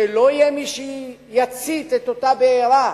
שלא יהיה מי שיצית את אותה בעירה?